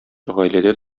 гаиләдә